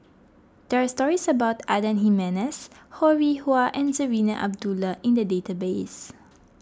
there are stories about Adan Jimenez Ho Rih Hwa and Zarinah Abdullah in the database